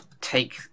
take